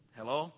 Hello